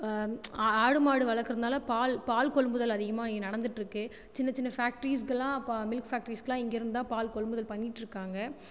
ஆடு மாடு வளர்க்கறதுனால பால் பால் கொள்முதல் அதிகமாக இங்கே நடந்துட்டுருக்கு சின்ன சின்ன ஃபேக்ட்ரீஸ்க்கெல்லாம் இப்போ மில்க் ஃபேக்ட்ரீஸ்க்கெல்லாம் இங்கேருந்து தான் பால் கொள்முதல் பண்ணிட்டுருக்காங்க